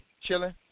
chilling